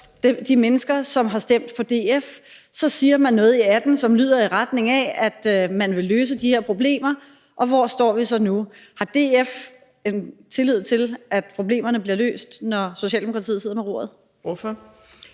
de mennesker, som stemte på DF, og så sagde man noget i 2018, som gik på, at man ville løse de her problemer, og hvor står vi så nu? Har DF tillid til, at problemerne bliver løst, når Socialdemokratiet sidder ved roret? Kl.